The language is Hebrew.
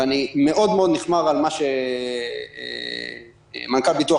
ואני מאוד-מאוד נכמר על מה שמנכ"ל ביטוח